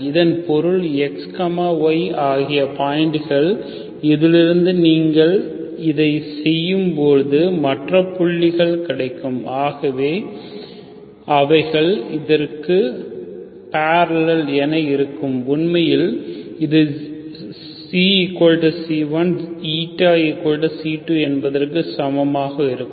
இதன் பொருள் xy அவை பாயிண்ட்கள் இதிலிருக்கும் நீங்கள் இதை செய்யும் பொழுது மற்ற புள்ளிகள் கிடைக்கும் ஆகவே அவைகள் இதற்கு பாரலேள் என இருக்கும் உண்மையில் இது ξc1 ηc2 என்பதற்கு சமமாக இருக்கும்